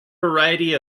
variety